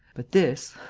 but this,